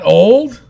old